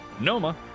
Noma